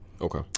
Okay